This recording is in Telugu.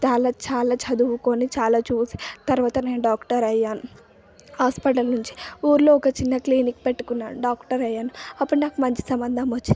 చాలా చాలా చదువుకొని చాలా చూసి తర్వాత నేను డాక్టర్ అయ్యాను హాస్పిటల్ నుంచి ఊళ్ళో ఒక చిన్న క్లినిక్ పెట్టుకున్నాను డాక్టర్ అయ్యాను అప్పుడు నాకు మంచి సంబంధం వచ్చింది